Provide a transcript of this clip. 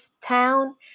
town